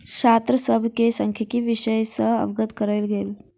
छात्र सभ के सांख्यिकी विषय सॅ अवगत करायल गेल